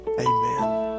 Amen